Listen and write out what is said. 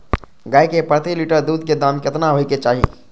गाय के प्रति लीटर दूध के दाम केतना होय के चाही?